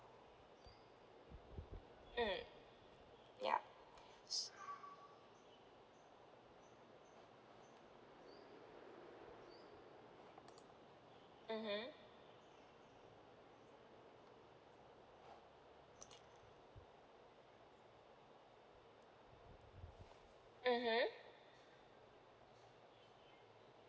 mm ya s~ mmhmm mmhmm